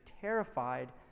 terrified